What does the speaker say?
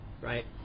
right